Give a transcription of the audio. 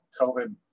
COVID